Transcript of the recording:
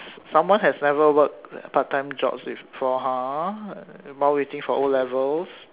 someone has never worked part time jobs before !huh! while waiting for O levels